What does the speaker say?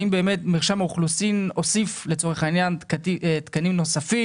האם באמת מרשם האוכלוסין הוסיף לצורך העניין תקנים נוספים?